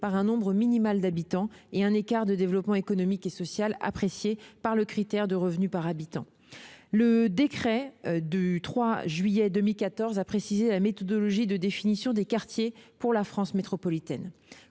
par un nombre minimal d'habitants et un écart de développement économique et social apprécié par le critère de revenu par habitant. Le décret n° 2014-767 du 3 juillet 2014 a précisé la méthodologie de définition des quartiers pour la France métropolitaine.